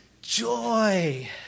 Joy